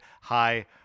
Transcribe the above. hi